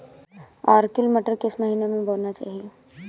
Arkel मटर किस महीना में बोना चाहिए?